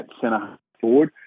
centre-forward